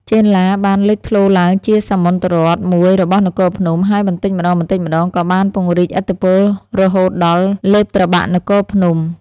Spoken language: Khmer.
ចេនឡា បានលេចធ្លោឡើងជាសាមន្តរដ្ឋមួយរបស់នគរភ្នំ ហើយបន្តិចម្តងៗក៏បានពង្រីកឥទ្ធិពលរហូតដល់លេបត្របាក់នគរភ្នំ។